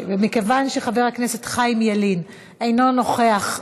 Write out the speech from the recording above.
מכיוון שחבר הכנסת חיים ילין אינו נוכח במליאה,